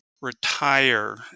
retire